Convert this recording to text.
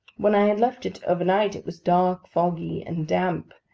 when i had left it overnight, it was dark, foggy, and damp,